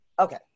okay